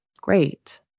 great